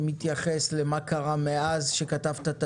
שמתייחס למה קרה מאז שכתבת את